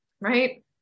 right